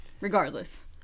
Regardless